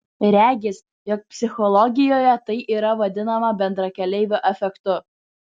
regis jog psichologijoje tai yra vadinama bendrakeleivio efektu